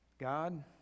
God